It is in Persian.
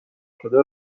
شده